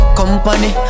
company